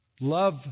love